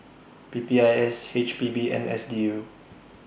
P P I S H P B and S D U